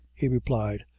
he replied,